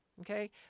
Okay